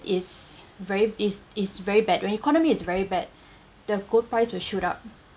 is very it's it's very bad when economy is very bad the gold price will shoot up